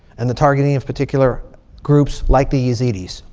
and the targeting of particular groups like the yazidis.